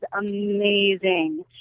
amazing